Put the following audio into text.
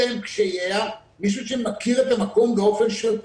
אלה הם קשייה מישהו שמכיר את המקום באופן שוטף,